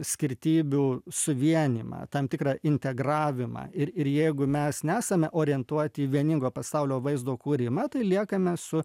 skirtybių suvienijimą tam tikrą integravimą ir ir jeigu mes nesame orientuoti į vieningo pasaulio vaizdo kūrimą tai liekame su